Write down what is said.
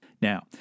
Now